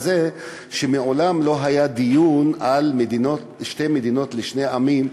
על זה שמעולם לא היה דיון על שתי מדינות לשני עמים,